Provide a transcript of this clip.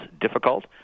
difficult